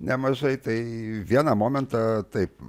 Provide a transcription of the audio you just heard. nemažai tai vieną momentą taip